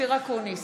אופיר אקוניס,